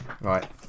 right